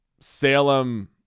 Salem